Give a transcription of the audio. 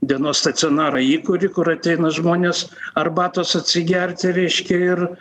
dienos stacionarą įkuri kur ateina žmonės arbatos atsigerti reiškia ir